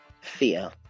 fear